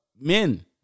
Men